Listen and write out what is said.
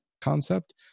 concept